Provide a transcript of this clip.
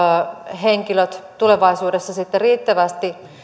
henkilöt tulevaisuudessa sitten